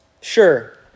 Sure